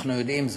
אנחנו יודעים זאת.